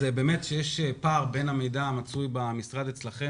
יש פער בין המידע המצוי במשרד אצלכם